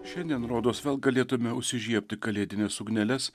šiandien rodos vėl galėtume užsižiebti kalėdines ugneles